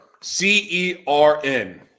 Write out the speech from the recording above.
C-E-R-N